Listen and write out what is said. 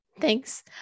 Thanks